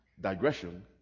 digression